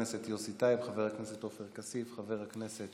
כסיף, חבר הכנסת